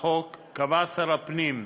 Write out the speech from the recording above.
לחוק, קבע שר הפנים,